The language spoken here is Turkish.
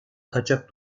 kaçak